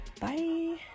bye